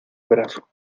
brazo